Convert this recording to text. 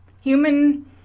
human